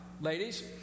Ladies